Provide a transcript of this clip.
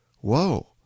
whoa